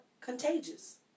contagious